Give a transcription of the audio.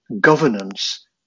governance